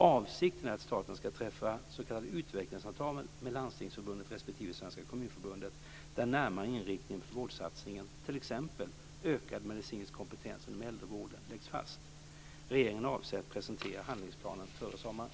Avsikten är att staten ska träffa s.k. utvecklingsavtal med Landstingsförbundet respektive Svenska Kommunförbundet där närmare inriktning för vårdsatsningen, t.ex. ökad medicinsk kompetens inom äldrevården, läggs fast. Regeringen avser att presentera handlingsplanen före sommaren.